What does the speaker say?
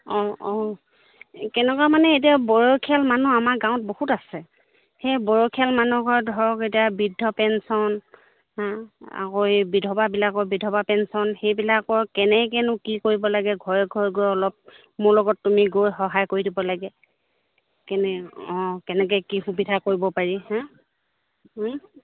অঁ অঁ কেনেকুৱা মানে এতিয়া বয়সীয়াল মানুহ আমাৰ গাঁৱত বহুত আছে সেই বয়সীয়াল মানুহৰ ধৰক এতিয়া বৃদ্ধ পেঞ্চন হা আকৌ এই বিধৱাবিলাকৰ বিধৱা পেঞ্চন সেইবিলাকৰ কেনেকনো কি কৰিব লাগে ঘৰে ঘৰে গৈ অলপ মোৰ লগত তুমি গৈ সহায় কৰি দিব লাগে কেনে অঁ কেনেকে কি সুবিধা কৰিব পাৰি হা